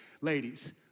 ladies